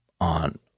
on